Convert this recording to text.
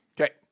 okay